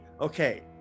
okay